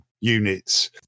units